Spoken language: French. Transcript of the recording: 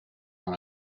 dans